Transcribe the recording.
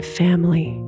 family